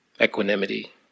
equanimity